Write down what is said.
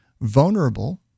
vulnerable